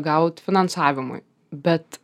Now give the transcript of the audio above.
gaut finansavimui bet